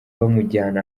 bamujyana